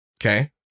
Okay